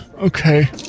Okay